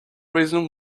reason